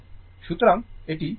সুতরাং এটি 48 এবং এটি 32